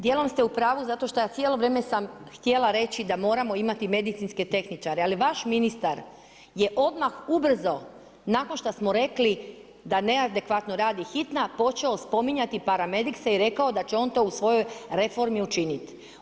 Djelom ste u pravu zato što ja cijelo vrijeme sam htjela reći da moramo imati medicinske tehničare, ali vaš ministar je odmah ubrzo nakon što smo rekli da neadekvatno radi Hitna počeo spominjati paramedikse i rekao da će on to u svojoj reformi učinit.